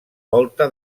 volta